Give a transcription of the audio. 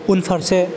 उनफारसे